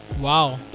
Wow